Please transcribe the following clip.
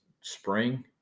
spring